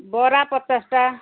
ବରା ପଚାଶଟା